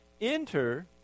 Enter